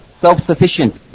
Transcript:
self-sufficient